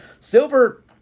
Silver